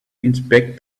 inspect